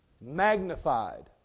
magnified